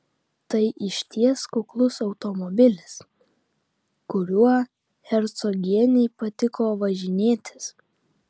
tai išties kuklus automobilis kuriuo hercogienei patiko važinėtis